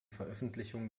veröffentlichung